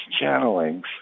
channelings